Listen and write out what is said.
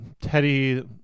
teddy